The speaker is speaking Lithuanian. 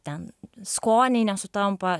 ten skoniai nesutampa